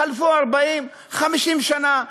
חלפו 50-40 שנה,